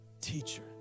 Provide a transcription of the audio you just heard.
teacher